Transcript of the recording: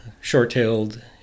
short-tailed